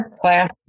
class